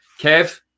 Kev